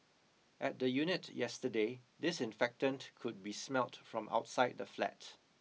at the unit yesterday disinfectant could be smelt from outside the flat